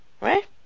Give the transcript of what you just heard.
Right